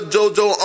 Jojo